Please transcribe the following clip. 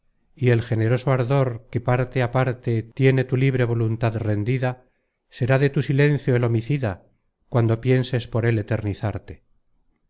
y el generoso ardor que parte á parte tiene tu libre voluntad rendida content from google book search generated at será de tu silencio el homicida cuando pienses por él eternizarte